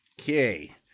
Okay